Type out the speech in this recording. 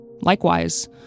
Likewise